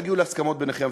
תגיעו להסכמות ביניכם,